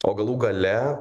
o galų gale